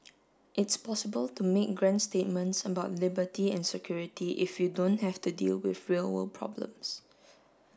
it's possible to make grand statements about liberty and security if you don't have to deal with real world problems